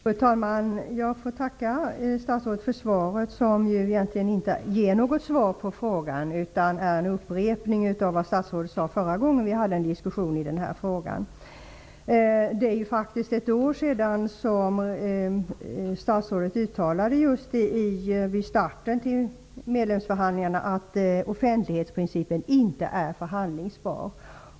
Fru talman! Jag får tacka statsrådet för svaret som egentligen inte ger något svar på frågan utan är en upprepning av vad statsrådet sade förra gången vi hade en diskussion i frågan. Det är faktiskt ett år sedan statsrådet, vid starten av medlemsförhandlingarna, uttalade att offentlighetsprincipen inte är förhandlingsbar.